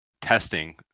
testing